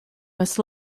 must